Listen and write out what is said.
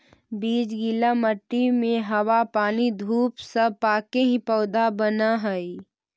बीज गीला मट्टी में हवा पानी धूप सब पाके ही पौधा बनऽ हइ